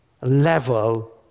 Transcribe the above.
level